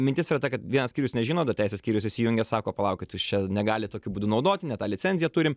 mintis yra ta kad vienas skyrius nežino teisės skyrius įsijungia sako palaukit jūs čia negalit tokiu būdu naudoti ne tą licenziją turim